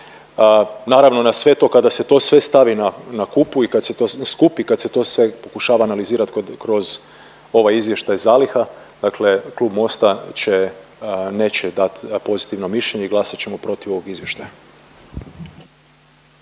Naravno na sve to, kada se to sve stavi na kupu i kad se to skupi i kad se to sve pokušava analizirati kroz ovaj izvještaj zaliha, dakle Klub Mosta će, neće dat pozitivno mišljenje i glasat ćemo protiv ovog Izvještaja.